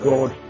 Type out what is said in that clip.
God